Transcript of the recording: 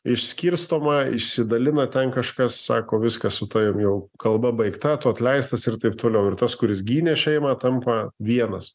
išskirstoma išsidalina ten kažkas sako viskas su tavimi jau kalba baigta tu atleistas ir taip toliau ir tas kuris gynė šeimą tampa vienas